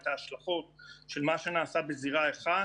את ההשלכות של מה שנעשה בזירה אחת,